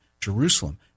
Jerusalem